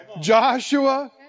Joshua